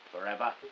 forever